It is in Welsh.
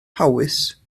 hawys